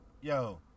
Yo